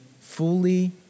fully